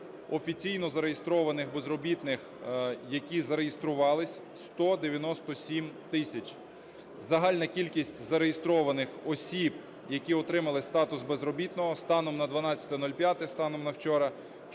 офіційно зареєстрованих безробітних, які зареєструвались, 197 тисяч. Загальна кількість зареєстрованих осіб, які отримали статус безробітного, станом на 12.05, станом на вчора,